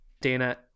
Dana